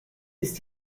ist